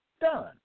done